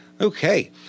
Okay